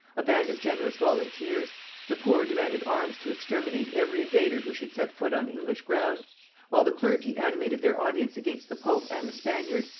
a band of generous volunteers the poor demanded arms to exterminate every invader who should set foot on english ground while the clergy animated their audience against the pope and the spaniard,